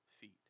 feet